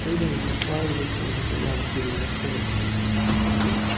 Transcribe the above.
ꯑꯩꯅ ꯍꯧꯖꯤꯛ ꯄꯥꯏꯔꯤꯕ ꯐꯣꯟ ꯑꯁꯤ ꯌꯥꯝ ꯀꯨꯏꯔꯕ ꯐꯣꯟꯅꯦꯕ ꯍꯥꯏꯕꯗꯤ